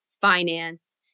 finance